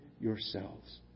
yourselves